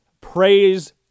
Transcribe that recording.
Praise